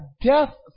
death